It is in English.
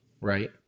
right